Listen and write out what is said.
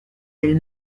elle